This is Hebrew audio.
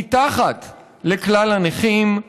מתחת לכלל הנכים,